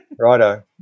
Righto